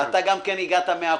ואתה גם כן הגעת מהקופה.